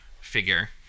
figure